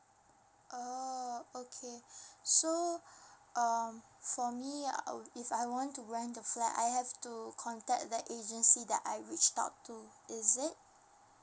oh okay so um for me uh if I want to rent the flat I have to contact the agency that I reached out to is it